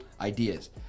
ideas